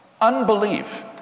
Unbelief